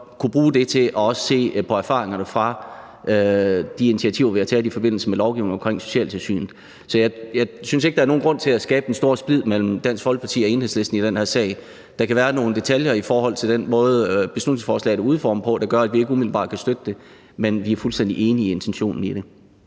kunne bruge det til at se på erfaringerne fra de initiativer, vi har taget i forbindelse med lovgivningen omkring socialtilsynet. Så jeg synes ikke, der er nogen grund til at skabe den store splid mellem Dansk Folkeparti og Enhedslisten i den her sag. Der kan være nogle detaljer i forhold til den måde, beslutningsforslaget er udformet på, der gør, at vi ikke umiddelbart kan støtte det, men vi er fuldstændig enige i intentionerne i det.